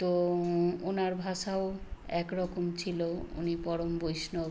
তো ওনার ভাষাও এক রকম ছিল উনি পরম বৈষ্ণব